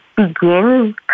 begin